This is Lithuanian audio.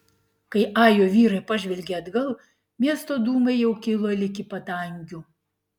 kai ajo vyrai pažvelgė atgal miesto dūmai jau kilo ligi padangių